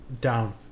Down